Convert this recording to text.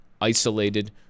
isolated